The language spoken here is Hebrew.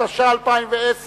התש"ע 2010,